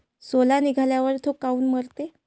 सोला निघाल्यावर थो काऊन मरते?